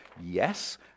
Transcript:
yes